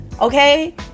okay